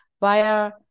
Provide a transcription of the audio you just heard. via